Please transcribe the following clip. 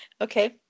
Okay